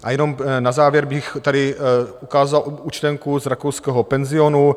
A jenom na závěr bych tady ukázal účtenku z rakouského penzionu.